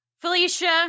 Felicia